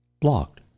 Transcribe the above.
Blocked